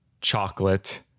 chocolate